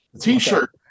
T-shirt